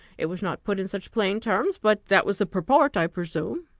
it was not put in such plain terms, but that was the purport, i presume?